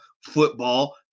football